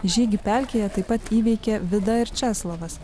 žygį pelkėje taip pat įveikė vida ir česlovas